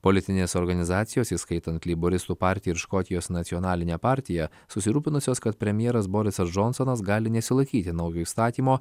politinės organizacijos įskaitant leiboristų partiją ir škotijos nacionalinę partiją susirūpinusios kad premjeras borisas džonsonas gali nesilaikyti naujo įstatymo